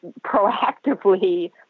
proactively